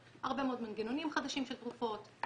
הרבה מאוד מנגנונים חדשים של תרופות,